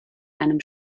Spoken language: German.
einem